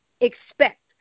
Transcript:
expect